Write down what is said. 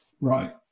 right